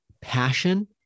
passion